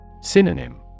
Synonym